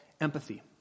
empathy